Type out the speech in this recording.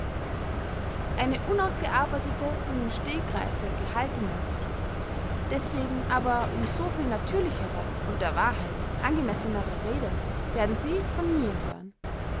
eine unausgearbeitete und im stegreife gehaltene deßwegen aber um so viel natürlichere und der wahrheit angemessenere rede werden sie von mir hören